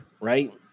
right